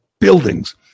buildings